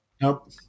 Nope